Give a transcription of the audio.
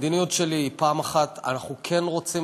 המדיניות שלי היא: 1. אנחנו כן רוצים